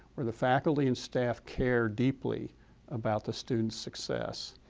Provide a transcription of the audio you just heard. where the faculty and staff care deeply about the student's success,